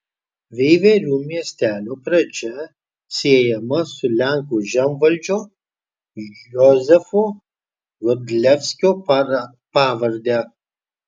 veiverių miestelio pradžia siejama su lenkų žemvaldžio jozefo godlevskio pavarde